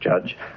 Judge